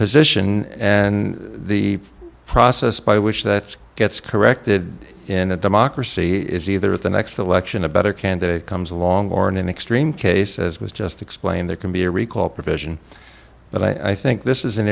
position and the process by which that gets corrected in a democracy is either at the next election a better candidate comes along or in an extreme case as was just explained there can be a recall provision but i think this is an